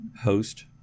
host